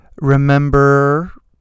remember